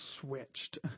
switched